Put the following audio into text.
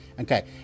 Okay